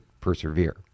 persevere